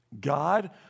God